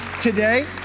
today